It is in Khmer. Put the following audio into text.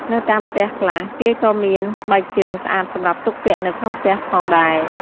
នៅតាមផ្ទះខ្លះ គេក៏មានស្បែកជើងស្អាតសម្រាប់ទុកពាក់នៅក្នុងផ្ទះផងដែរ។